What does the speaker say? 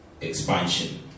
expansion